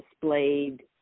displayed